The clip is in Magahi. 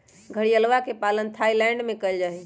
घड़ियलवा के पालन थाईलैंड में कइल जाहई